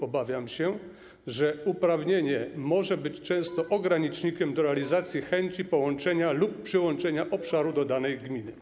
Obawiam się, że uprawnienie może być często ogranicznikiem realizacji chęci połączenia lub przyłączenia obszaru do danej gminy.